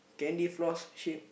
candy floss sheep